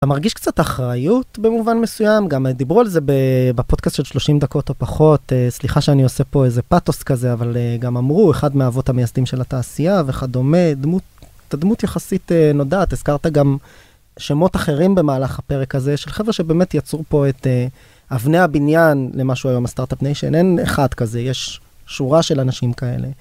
אתה מרגיש קצת אחריות, במובן מסוים, גם דיברו על זה בפודקאסט של 30 דקות או פחות. סליחה שאני עושה פה איזה פאתוס כזה, אבל גם אמרו, אחד מהאבות המייסדים של התעשייה וכדומה, אתה דמות יחסית נודעת, הזכרת גם שמות אחרים במהלך הפרק הזה, של חבר'ה שבאמת יצרו פה את אבני הבניין למה שהוא היום הסטארט-אפ ניישן. אין אחד כזה, יש שורה של אנשים כאלה.